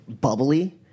bubbly